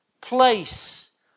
place